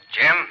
Jim